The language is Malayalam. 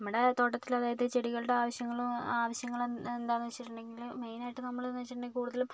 നമ്മുടെ തോട്ടത്തില് അതായത് ചെടികളുടെ ആവശ്യങ്ങളും ആവശ്യങ്ങള് എന്താന്ന് വെച്ചിട്ടുണ്ടെങ്കില് മെയിനായിട്ട് നമ്മളെന്ന് വെച്ചിട്ടുണ്ടെങ്കിൽ കൂടുതലും